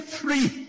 free